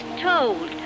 told